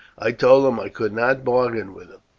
i told him i could not bargain with him.